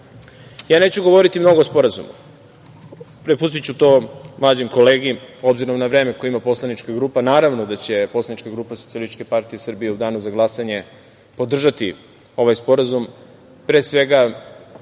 neću govoriti mnogo o sporazumu, prepustiću to mlađem kolegi, obzirom na vreme koje ima poslanička grupa. Naravno da će poslanička grupa Socijalističke partije Srbije u danu za glasanje podržati ovaj sporazum,